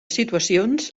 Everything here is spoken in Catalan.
situacions